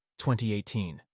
2018